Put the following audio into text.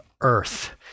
Earth